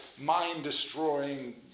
mind-destroying